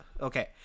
okay